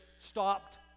stopped